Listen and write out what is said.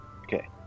okay